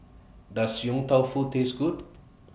Does Yong Tau Foo Taste Good